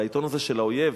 העיתון הזה של האויב.